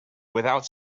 without